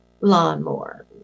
lawnmower